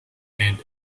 and